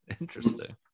Interesting